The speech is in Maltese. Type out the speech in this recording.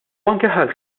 anke